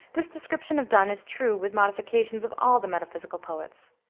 this description of donne is true, with modifications, of all the metaphysical poets.